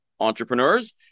entrepreneurs